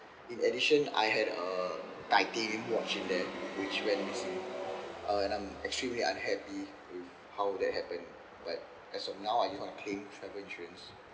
in addition I had a titanium watch in there which went missing uh and I'm actually very unhappy with how that happened but as of now I just wanna claim travel insurance